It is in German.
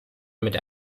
mit